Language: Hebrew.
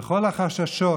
וכל החששות